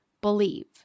believe